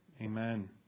amen